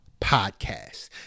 podcast